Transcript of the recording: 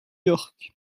york